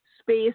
space